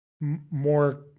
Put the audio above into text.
more